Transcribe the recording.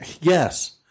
yes